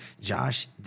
Josh